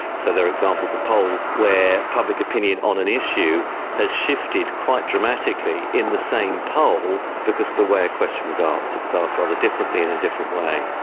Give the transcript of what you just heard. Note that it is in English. so there are examples of polls where public opinion on an issue has shifted quite dramatically in the same poll because of the way a question was asked, it was asked rather differently, in a different way.